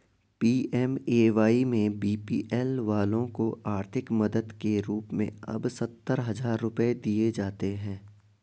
PMAY में BPL वालों को आर्थिक मदद के रूप में अब सत्तर हजार रुपये दिए जाते हैं